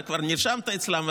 אתה כבר נרשמת אצלם,